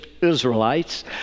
Israelites